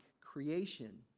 creation